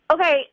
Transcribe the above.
Okay